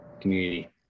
community